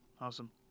Awesome